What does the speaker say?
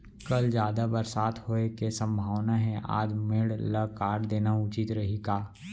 कल जादा बरसात होये के सम्भावना हे, आज मेड़ ल काट देना उचित रही का?